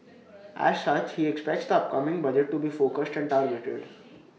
as such he expects the upcoming budget to be focused and targeted